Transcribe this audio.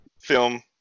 film